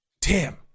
Tim